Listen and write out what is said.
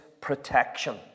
protection